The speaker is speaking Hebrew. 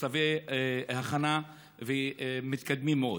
בשלבי הכנה מתקדמים מאוד.